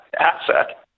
asset